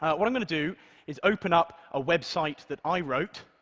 what i'm going to do is open up a website that i wrote.